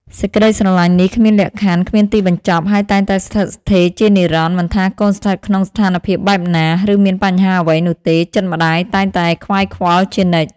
សេចក្ដីស្រឡាញ់នេះគ្មានលក្ខខណ្ឌ គ្មានទីបញ្ចប់ ហើយតែងតែស្ថិតស្ថេរជានិរន្តរ៍។ មិនថា កូនស្ថិតក្នុងស្ថានភាពបែបណា ឬមានបញ្ហាអ្វីនោះទេ ចិត្តម្ដាយតែងតែខ្វាយខ្វល់ជានិច្ច។